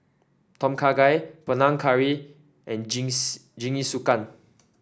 Tom Kha Gai Panang Curry and Jingisukan